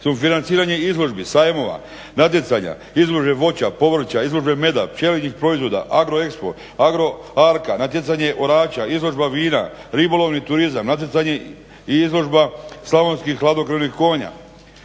Sufinanciranje izložbi, sajmova, natjecanja, izložbi voća, povrća, izložbe meda, pčelinjih proizvoda Agroexpo, Agro arca, natjecanje …/Govornik se ne razumije./… izložba vina, ribolovni turizam, natjecanje i izložba slavonskih hladnokrvnih konja,